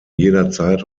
jederzeit